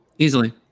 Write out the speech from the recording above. Easily